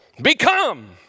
Become